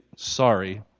Sorry